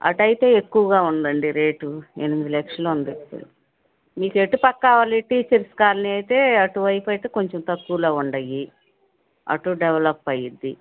అటు అయితే ఎక్కువగా ఉందండి రేటు ఎనిమిది లక్షలు ఉంది మీకు ఎటుపక్క కావాలి టీచర్స్ కాలనీ అయితే అటు వైపు అయితే కొంచెం తక్కువలో ఉన్నాయి అటు డెవలప్ అవుతుంది